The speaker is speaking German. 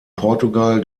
portugal